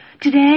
Today